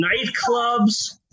nightclubs